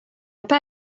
pas